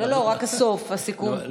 לא, לא, רק הסוף, הסיכום.